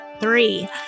three